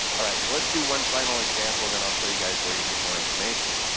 all right so let's do one final example then i'll show you guys where you can get more information.